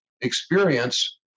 experience